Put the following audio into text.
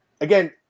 Again